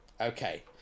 Okay